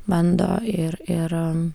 bando ir ir